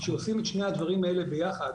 כשעושים את שני הדברים האלה ביחד,